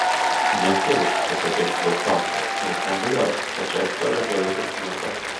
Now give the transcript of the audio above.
nesiruošiu čia pateikti daug faktų nes neabejoju kad šią istoriją gerai prisimenate